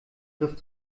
griff